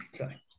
Okay